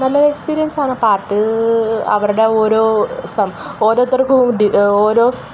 നല്ലൊരു എക്സ്പീരിയൻസാണ് പാട്ട് അവരുടെ ഓരോ ഓരോരുത്തര്ക്കും ഓരോ